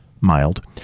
mild